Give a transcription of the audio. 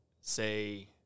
say